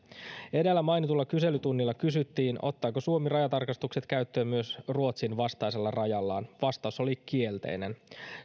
edellä mainitulla kyselytunnilla kysyttiin ottaako suomi rajatarkastukset käyttöön myös ruotsin vastaisella rajallaan vastaus oli kielteinen